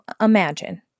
imagine